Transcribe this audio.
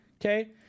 okay